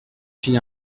fit